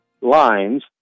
lines